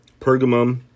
Pergamum